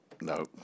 no